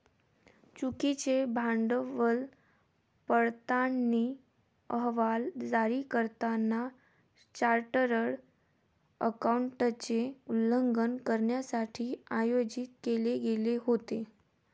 चुकीचे भांडवल पडताळणी अहवाल जारी करताना चार्टर्ड अकाउंटंटचे उल्लंघन करण्यासाठी आयोजित केले गेले होते